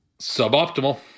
Suboptimal